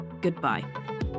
goodbye